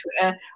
Twitter